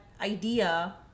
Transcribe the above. idea